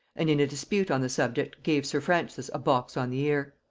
and in a dispute on the subject gave sir francis a box on the ear.